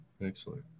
Excellent